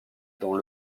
dans